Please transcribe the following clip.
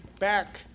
Back